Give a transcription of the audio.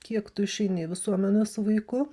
kiek tu išeini į visuomenę su vaiku